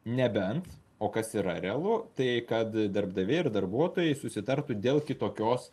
nebent o kas yra realu tai kad darbdaviai ir darbuotojai susitartų dėl kitokios